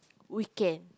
weekend